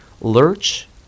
Lurch